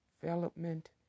development